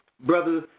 Brother